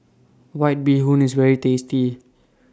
White Bee Hoon IS very tasty